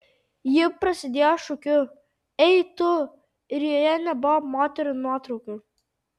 ji prasidėjo šūkiu ei tu ir joje nebuvo moterų nuotraukų